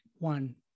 One